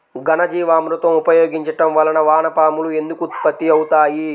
ఘనజీవామృతం ఉపయోగించటం వలన వాన పాములు ఎందుకు ఉత్పత్తి అవుతాయి?